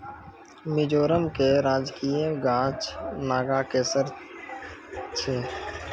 मिजोरम के राजकीय गाछ नागकेशर छै